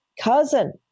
cousin